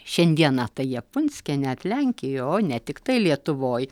šiandieną tai jie punske net lenkijoj o ne tiktai lietuvoj